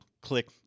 click